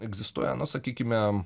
egzistuoja na sakykime